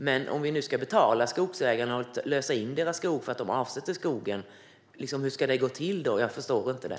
Men jag förstår inte hur det ska gå till om vi nu ska betala skogsägarna och lösa in deras skog för att de avsätter skogen.